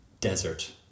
desert